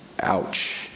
Ouch